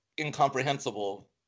incomprehensible